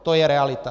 To je realita.